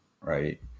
right